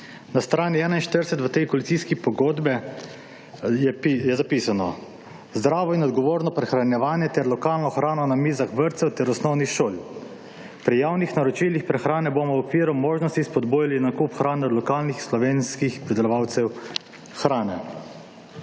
Na strani 41. v tej koalicijski pogodbi je zapisano, »Zdravo in odgovorno prehranjevanje ter lokalna hrana na mizah vrtcev ter osnovnih šol. Pri javnih naročilih prehrane bomo v okviru možnosti spodbujali nakup hrane od lokalnih slovenskih pridelovalcev hrane.«